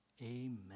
Amen